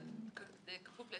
הלקוח לא